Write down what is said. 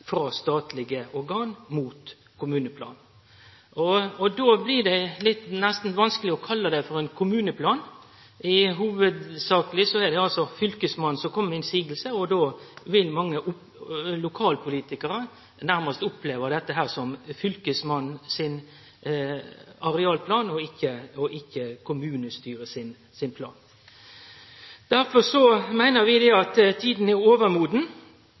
frå statlege organ mot kommuneplanen. Då blir det nesten vanskeleg å kalle det for ein kommuneplan. Det er hovudsakleg Fylkesmannen som kjem med innseiingar, og då vil mange lokalpolitikarar oppleve dette nærmast som Fylkesmannen sin arealplan – ikkje kommunestyret sin plan. Derfor meiner vi at tida er overmoden